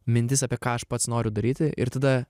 mintis apie ką aš pats noriu daryti ir tada